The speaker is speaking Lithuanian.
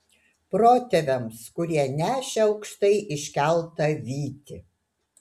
protėviams kurie nešė aukštai iškeltą vytį